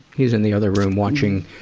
he's in the other room, watching,